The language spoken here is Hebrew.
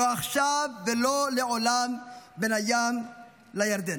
לא עכשיו ולא לעולם, בין הים לירדן.